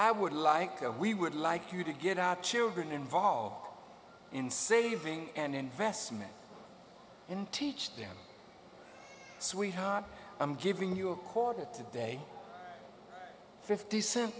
i would like to we would like you to get our children involved in saving and investment in teach them sweetheart i'm giving you a cord today fifty cent